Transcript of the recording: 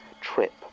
trip